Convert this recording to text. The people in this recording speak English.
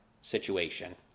situation